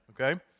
okay